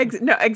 No